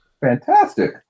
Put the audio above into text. fantastic